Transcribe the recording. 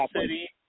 City